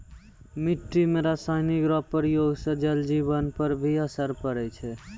मिट्टी मे रासायनिक रो प्रयोग से जल जिवन पर भी असर पड़ै छै